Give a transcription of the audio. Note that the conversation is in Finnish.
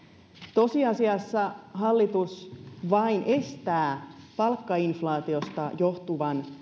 tosiasiassa hallitus vain estää palkkainflaatiosta johtuvan